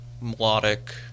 melodic